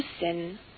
sin